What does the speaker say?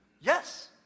Yes